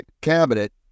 cabinet